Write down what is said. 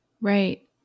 Right